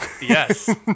Yes